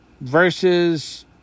versus